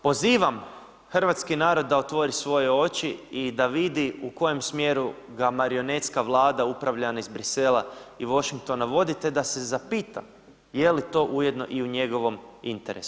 Pozivam hrvatski narod da otvori svoje oči i da vidi u kojem smjeru ga marionetska Vlada upravljana iz Brisela i Washingtona vodi te da se zapita je li to ujedno i u njegovom interesu.